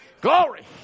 Glory